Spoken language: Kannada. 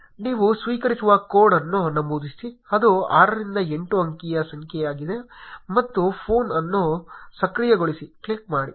ನೀವು ಸ್ವೀಕರಿಸುವ ಕೋಡ್ ಅನ್ನು ನಮೂದಿಸಿ ಅದು 6 ರಿಂದ 8 ಅಂಕಿಯ ಸಂಖ್ಯೆಯಾಗಿದೆ ಮತ್ತು ಫೋನ್ ಅನ್ನು ಸಕ್ರಿಯಗೊಳಿಸಿ ಕ್ಲಿಕ್ ಮಾಡಿ